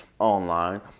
online